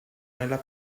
nella